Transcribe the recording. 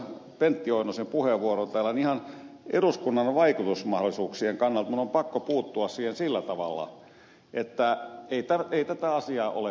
pentti oinosen puheenvuoroon niin ihan eduskunnan vaikutusmahdollisuuksien kannalta minun on pakko puuttua siihen toteamalla että ei tätä asiaa ole päätetty